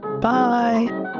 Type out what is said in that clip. bye